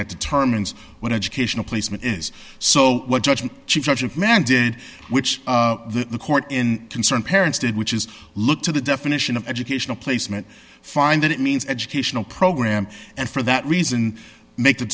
that terminus when educational placement is so what judge and chief judge of man did which the court in concerned parents did which is look to the definition of educational placement find that it means educational program and for that reason make